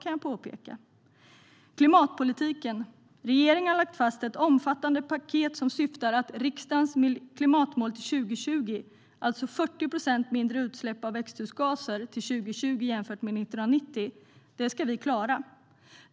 När det gäller klimatpolitiken har regeringen lagt fast ett omfattande paket som syftar till att vi ska klara riksdagens klimatmål till 2020, det vill säga 40 procent mindre utsläpp av växthusgaser till 2020 jämfört med 1990.